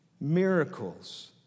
miracles